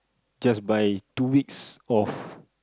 just by two weeks of